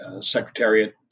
secretariat